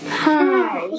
hi